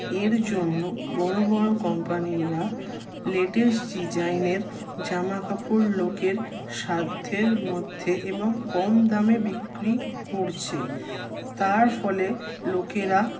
এর জন্য বড়ো বড়ো কোম্পানিরা লেটেস্ট ডিজাইনের জামা কাপড় লোকের সাধ্যের মধ্যে এবং কম দামে বিক্রি করছে তার ফলে লোকেরা